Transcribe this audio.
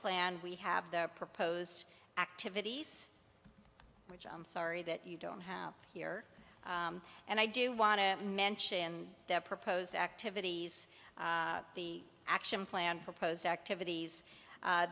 plan we have the proposed activities which i'm sorry that you don't have here and i do want to mention the proposed activities the action plan proposed activities